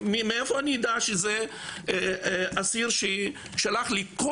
מאיפה אני יודע שזה אסיר ששלח לי את כל